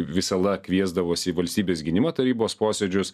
visada kviesdavosi į valstybės gynimo tarybos posėdžius